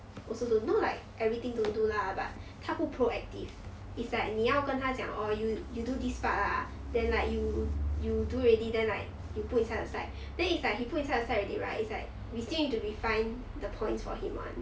also don't not like everything don't do lah but 他不 proactive is like 你要跟他讲 oh you you do this part ah then like you you do already then like you put inside the slide then is like he put inside the slide already right it's like we still need to refine the points for him [one]